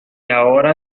ahora